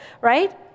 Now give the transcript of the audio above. right